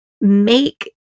make